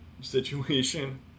situation